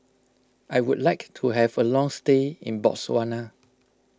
I would like to have a long stay in Botswana